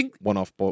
one-off